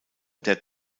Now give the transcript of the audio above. der